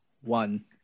one